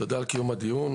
תודה על קיום הדיון,